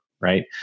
Right